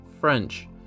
French